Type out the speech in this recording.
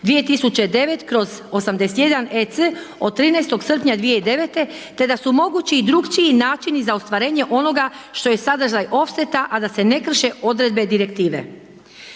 2009/81EC od 13. srpnja 2009. te da su mogući i drukčiji načini za ostvarenje onoga što je sadržaj ofseta a da se ne krše odredbe Direktive.